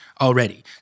already